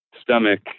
stomach